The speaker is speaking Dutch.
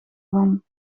van